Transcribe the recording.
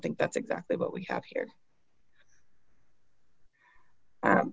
think that's exactly what we have here